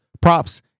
props